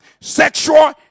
sexual